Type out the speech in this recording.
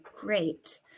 great